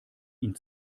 ihn